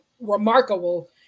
remarkable